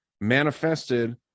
manifested